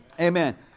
Amen